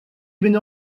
bin